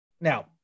Now